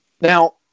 Now